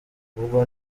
ubwo